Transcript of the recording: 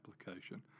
application